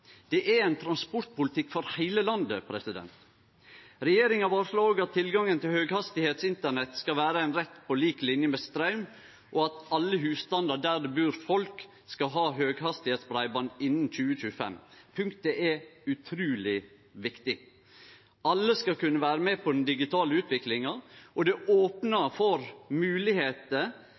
er ein transportpolitikk for heile landet. Regjeringa varslar òg at tilgangen til høghastigheitsinternett skal vere ein rett på lik linje med straum, og at alle husstandar der det bur folk, skal ha høghastigheitsbreiband innan 2025. Punktet er utruleg viktig. Alle skal kunne vere med på den digitale utviklinga. Det opnar for